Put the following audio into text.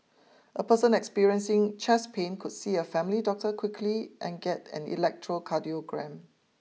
a person experiencing chest pain could see a family doctor quickly and get an electrocardiogram